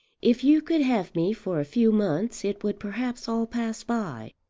if you could have me for a few months it would perhaps all pass by.